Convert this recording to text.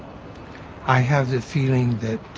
i have the feeling that